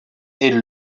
est